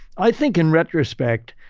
i think in retrospect,